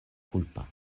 kulpa